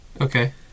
Okay